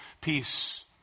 peace